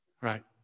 Right